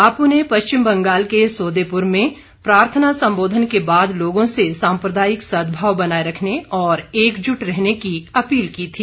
बापू ने पश्चिम बंगाल के सोदेपुर में प्रार्थना संबोधन के बाद लोगों से साम्प्रदायिक सद्भाव बनाये रखने और एकजुट रहने की अपील की थी